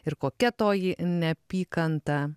ir kokia toji neapykanta